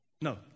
No